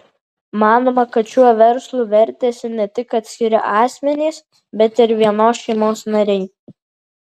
manoma kad šiuo verslu vertėsi ne tik atskiri asmenys bet ir vienos šeimos nariai